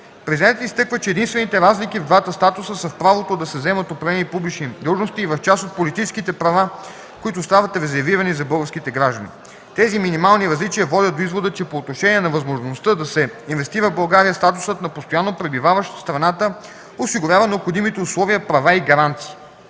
Президентът изтъква, че единствените разлики в двата статуса са в правото да се заемат определени публични длъжности и в част от политическите права, които остават резервирани за български граждани. Тези минимални различия водят до извода, че по отношение на възможността да се инвестира в България статусът на постоянно пребиваващ в страната осигурява необходимите условия, права и гаранции.